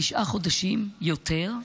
תשעה חודשים, יותר,